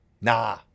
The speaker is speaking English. Nah